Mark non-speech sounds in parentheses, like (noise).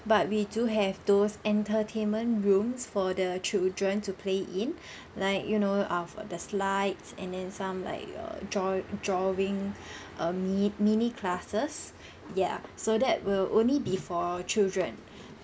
but we do have those entertainment rooms for the children to play in (breath) like you know uh the slides and then some like dra~ drawing (breath) uh mi~ mini classes ya so that will only be for children